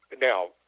Now